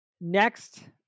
Next